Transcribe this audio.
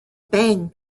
bang